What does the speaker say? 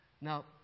Now